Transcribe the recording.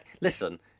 Listen